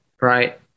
right